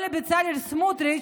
או לבצלאל סמוטריץ',